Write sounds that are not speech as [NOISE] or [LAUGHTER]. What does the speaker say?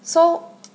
so [NOISE]